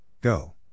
Go